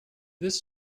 this